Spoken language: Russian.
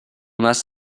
нас